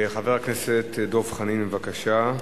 חבר הכנסת דב חנין, בבקשה,